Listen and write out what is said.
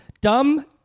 dumb